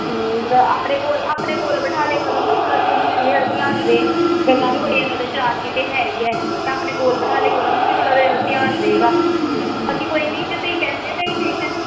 ਜਿੱਦਾਂ ਆਪਣੇ ਕੋਲ ਆਪਣੇ ਕੋਲ ਬਿਠਾ ਲਿਆ ਕਰੋ ਨਾ ਥੋੜ੍ਹਾ ਕੀ ਇਹਨੂੰ ਇਹਦੇ ਵੱਲ ਧਿਆਨ ਦੇ ਗੱਲਾਂ ਵੀ ਬੜੀਆਂ ਕਰਦਾ ਸ਼ਰਾਰਤੀ ਤਾਂ ਹੈ ਹੀ ਹੈ ਤਾਂ ਆਪਣੇ ਕੋਲ ਬਿਠਾ ਲਿਆ ਕਰੋ ਨਾ ਕਿ ਥੋੜਾ ਜਿਹਾ ਇਹਦੇ ਵੱਲ ਧਿਆਨ ਰਹੇਗਾ ਬਾਕੀ ਕੋਈ ਨਹੀਂ ਜੇ ਤੁਸੀਂ ਕਹਿੰਦੇ ਤਾਂ ਅਸੀਂ ਟਿਊਸ਼ਨ